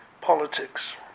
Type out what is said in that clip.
politics